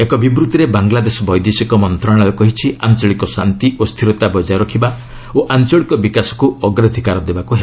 ଏକ ବିବୃଭିରେ ବାଂଲାଦେଶ ବୈଦେଶିକ ମନ୍ତ୍ରଣାଳୟ କହିଛି ଆଞ୍ଚଳିକ ଶାନ୍ତି ଓ ସ୍ଥିରତା ବଜାୟ ରଖିବା ଓ ଆଞ୍ଚଳିକ ବିକାଶକୁ ଅଗ୍ରାଧିକାର ଦେବାକୁ ହେବ